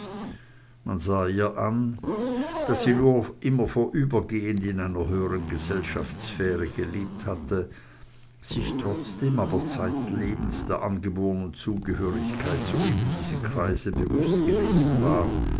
man sah ihr an daß sie nur immer vorübergehend in einer höheren gesellschaftssphäre gelebt hatte sich trotzdem aber zeitlebens der angeborenen zugehörigkeit zu eben diesen kreisen bewußt gewesen war